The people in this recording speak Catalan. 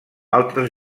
altres